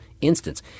instance